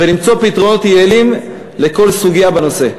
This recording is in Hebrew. ולמצוא פתרונות יעילים לכל סוגיה בנושא.